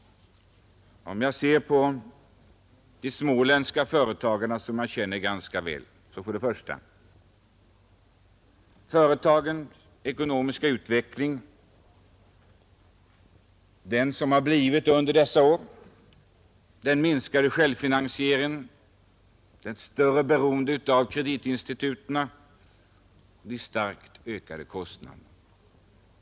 Hos de småländska företagarna, som jag känner ganska väl, är det för det första företagens ekonomiska utveckling sådan den har blivit under senare år, den minskade självfinansieringen, det större beroendet av kreditinstituten och de starkt ökade kostnaderna.